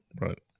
right